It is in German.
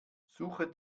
suche